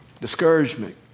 Discouragement